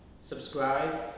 subscribe